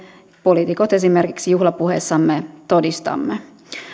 poliitikot esimerkiksi juhlapuheissamme todistamme